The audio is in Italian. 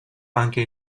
anche